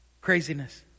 craziness